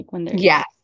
Yes